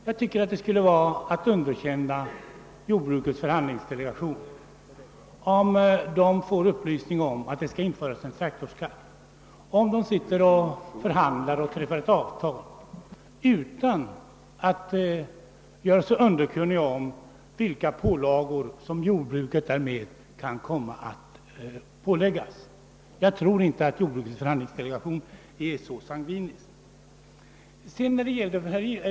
Jag tycker att det skulle vara att underkänna jordbrukets förhandlingsdelegation, om man gör gällande, att den, sedan den fått upplysning om att en traktorsskatt skall införas, sitter och förhandlar och träffar avtal utan att göra sig underkunnig om vilka pålagor som jordbruket därmed kunde komma att drabbas av. Jag tror inte att jordbrukets förhandlingsdelegation är så sangvinisk.